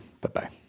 bye-bye